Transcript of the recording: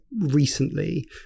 recently